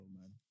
man